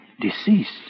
deceased